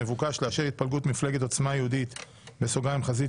מבוקש לאשר התפלגות מפלגת עוצמה יהודית (חזית